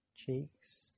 cheeks